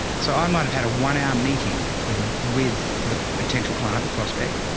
so i might've had a one hour meeting with the potential client, the prospect